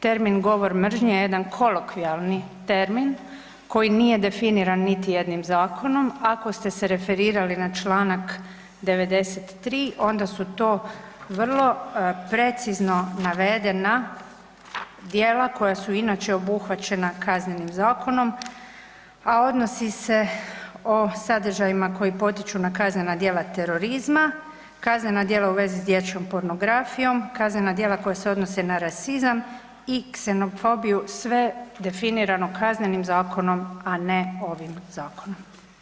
Termin govor mržnje je jedan kolokvijalni termin koji nije definiran niti jednim zakonom, ako ste se referirali na čl. 93.onda su to vrlo precizno navedena djela koja su inače obuhvaćena Kaznenim zakonom, a odnosi se o sadržajima koji potiču na kaznena djela terorizma, kaznena djela u vezi s dječjom pornografijom, kaznena djela koja se odnose na rasizam i ksenofobiju sve definirano Kaznenim zakonom, a ne ovim zakonom.